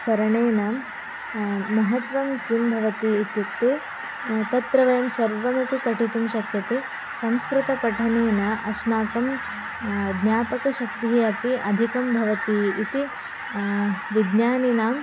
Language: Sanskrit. करणेन महत्त्वं किं भवति इत्युक्ते तत्र वयं सर्वमपि पठितुं शक्यते संस्कृतपठनेन अस्माकं ज्ञापकशक्तिः अपि अधिकं भवति इति विज्ञानिनां